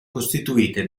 costituite